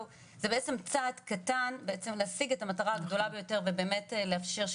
בעצם צעד קטן להשיג את המטרה הגדולה ביותר ובאמת לאפשר את זה